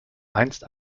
einst